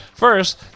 First